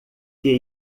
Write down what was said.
que